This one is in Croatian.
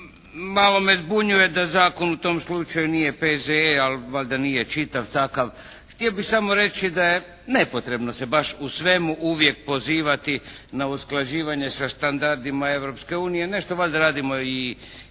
Malo me zbunjuje da zakon u tom slučaju nije P.Z.E. ali valjda nije čitav takav. Htio bih samo reći da je nepotrebno se baš u svemu uvijek pozivati na usklađivanje sa standardima Europske unije. Nešto valjda radimo i